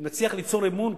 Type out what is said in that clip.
אם נצליח ליצור אמון,